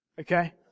okay